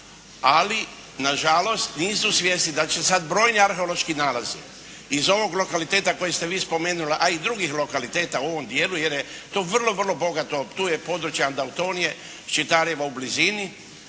ali nažalost, nisu svjesni da će sada brojni arheološki nalazi iz ovog lokaliteta koji ste vi spomenula, a i drugih lokaliteta u ovom dijelu, jer je to vrlo, vrlo bogato, tu je područja …/Govornik se ne razumije./… Čitarjevo u blizini